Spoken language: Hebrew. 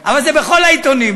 אבל זה בכל העיתונים,